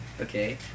okay